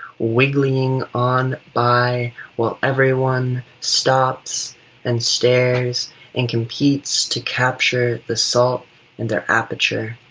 wigglying on by while everyone stops and stares and competes to capture the salt in their aperture.